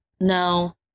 no